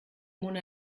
mona